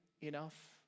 enough